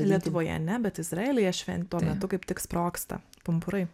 lietuvoje ne bet izraelyje švent tuo metu kaip tik sprogsta pumpurai